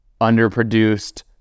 underproduced